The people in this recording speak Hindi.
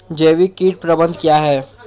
जैविक कीट प्रबंधन क्या है?